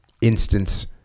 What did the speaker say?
instance